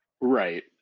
Right